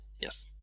Yes